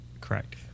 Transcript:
correct